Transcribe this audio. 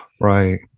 right